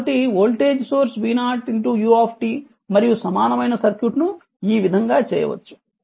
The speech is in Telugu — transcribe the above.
కాబట్టి వోల్టేజ్ సోర్స్ v0 u మరియు సమానమైన సర్క్యూట్ ను ఈ విధంగా చేయవచ్చు